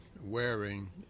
wearing